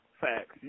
Facts